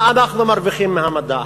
מה אנחנו מרוויחים מהמדע,